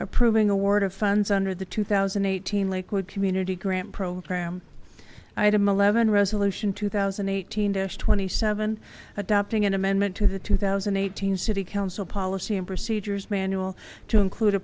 approving award of funds under the two thousand and eighteen lakewood community grant program item eleven resolution two thousand eight hundred twenty seven adopting an amendment to the two thousand eight hundred city council policy and procedures manual to include a